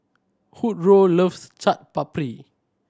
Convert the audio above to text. loves Chaat Papri